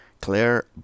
Claire